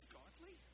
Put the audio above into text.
godly